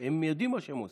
הם יודעים מה שהם עושים.